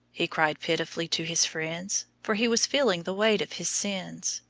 he cried pitifully to his friends, for he was feeling the weight of his sins.